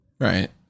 Right